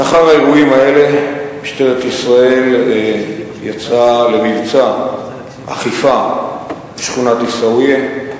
לאחר האירועים האלה משטרת ישראל יצאה למבצע אכיפה בשכונת עיסאוויה.